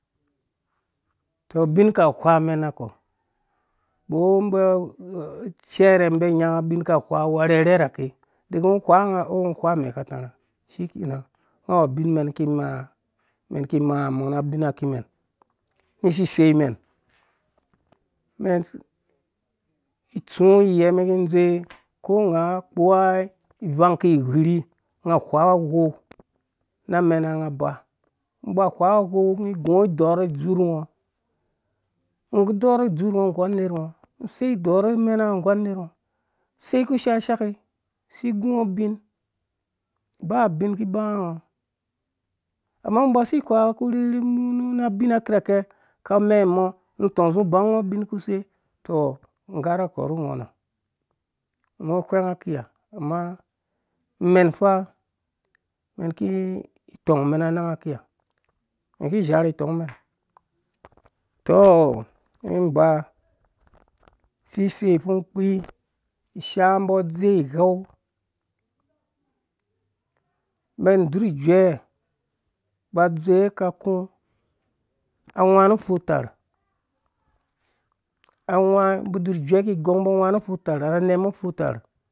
To abin akahwamen nakɔ ko umbɔ cɛrɛ umbi anyanga abinka hwaa arhɛrhɛrhake dege ungo uhwa ungo o ungo uhwa amɛ akatarha shikenan unga awu ubinmen iki ikaa umen iki imaa mo na abin akimen isisei men umen itsu wuye umen iki igwirh ung ahwa uwou na amɛnanga aba ungo uba wuwaɔ uwou ungo iguɔ idɔɔr zurh ungo ungo uku udɔɔrh ungo nggu anerango ungo usei udɔɔrh amenngo nggu anerngo usei uku ushashaki usi igungo ubin baa ubin uki ibanga ungo ama ungo uba usi ihwaaɔ uku uriki abina akirakɛ aka amɛmo nu utɔng uzu ubango ubin ukuse tɔ ungarak u ungo nɛ ungo uhwɛng aki ha ama umen fa umen iki itongmenna anang akiha umen iki iahahi itɔgmen na anang akiha umen iki izharhi itɔngmen tɔɔ umen iba isise upfungkpi isha umbɔ adze ighau umɛn idzurh ijuɛ aba adzowɛ akaku angwanu upfu-tar angwa umbɔ andzurh ijuɛ ikigɔng umbɔ angwa nu upfu tar na nyɛmu upfu tar,